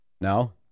No